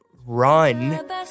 Run